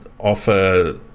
offer